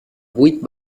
vuit